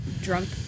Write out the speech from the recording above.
drunk